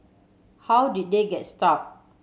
how did they get stuck